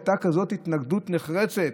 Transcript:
הייתה כזאת התנגדות נחרצת